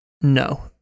No